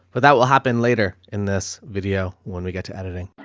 but that will happen later in this video when we get to editing